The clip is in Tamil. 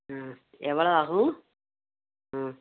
ம் எவ்வளோ ஆகும் ம்